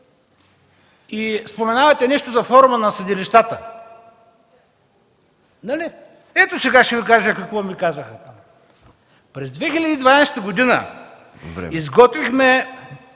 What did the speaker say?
Споменавате нещо за Форума на съдилищата, нали? Ето сега ще Ви кажа какво ми казаха: „През 2012 г. изготвихме